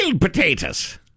potatoes